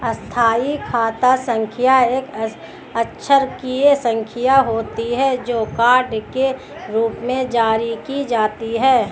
स्थायी खाता संख्या एक अक्षरांकीय संख्या होती है, जो कार्ड के रूप में जारी की जाती है